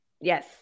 Yes